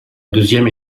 deuxième